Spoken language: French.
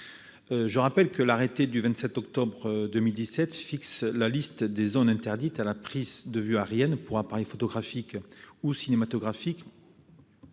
rappel, l'arrêté du 27 octobre 2017 fixe la liste des zones interdites à la prise de vues aérienne par appareil photographique, cinématographique